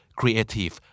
creative